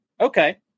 Okay